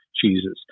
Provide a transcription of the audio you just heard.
cheeses